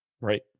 Right